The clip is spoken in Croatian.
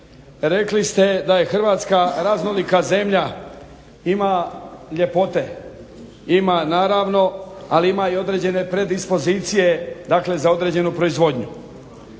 rekli ste da je Hrvatska raznolika zemlja, ima ljepote. Ima naravno, ali ima i određene predispozicije za određenu proizvodnju.